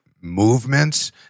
movements